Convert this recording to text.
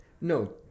no